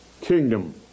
kingdom